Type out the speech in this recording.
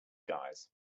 guys